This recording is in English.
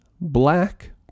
black